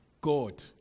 God